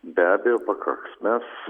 be abejo pakaks mes